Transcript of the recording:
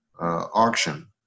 auction